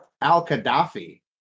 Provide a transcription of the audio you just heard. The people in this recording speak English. al-Qaddafi